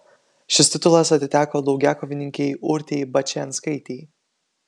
šis titulas atiteko daugiakovininkei urtei bačianskaitei